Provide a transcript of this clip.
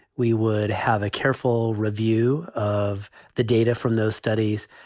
we would have a careful review of the data from those studies.